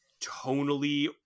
tonally